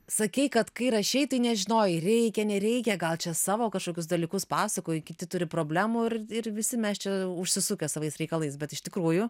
sakei kad kai rašei tai nežinojai reikia nereikia gal čia savo kažkokius dalykus pasakojai kiti turi problemų ir ir visi mes čia užsisukę savais reikalais bet iš tikrųjų